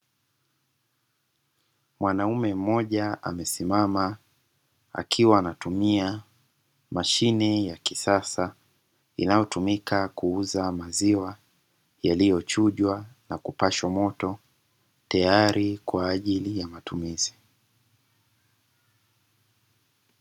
Mwanaume mmoja amesimama akiwa anatumia mashine ya kisasa, inayotumika kuuza maziwa yaliyochujwa na kupashwa moto tayari kwa ajili ya matumizi.